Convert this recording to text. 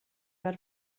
mae